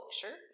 sure